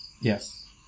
yes